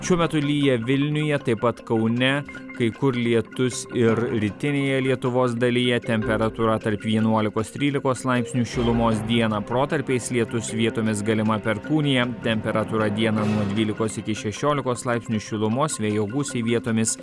šiuo metu lyja vilniuje taip pat kaune kai kur lietus ir rytinėje lietuvos dalyje temperatūra tarp vienuolikos trylikos laipsnių šilumos dieną protarpiais lietus vietomis galima perkūnija temperatūra dieną dvylikos šešiolikos laipsnių šilumos vėjo gūsiai vietomis